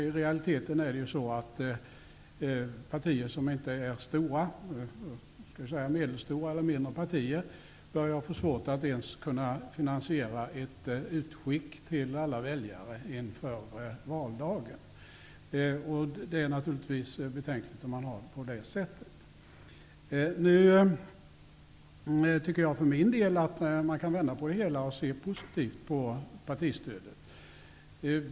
I realiteten har medelstora eller mindre partier svårt att ens kunna finansiera ett utskick till alla väljare inför valdagen. Det är naturligtvis betänkligt om man har det på det sättet. Jag tycker för min del att man kan vända på det hela och se positivt på partistödet.